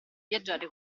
viaggiare